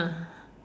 ah